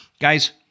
guys